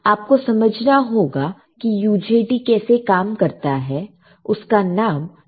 तो आप को समझना होगा कि UJT कैसे काम करता है और उसका नाम यूनि जंक्शन क्यों है